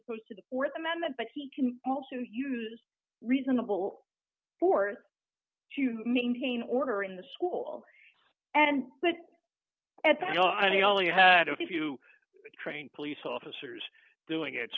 opposed to the th amendment but he can also use reasonable force to maintain order in the school and but at the you know i only had a few trained police officers doing it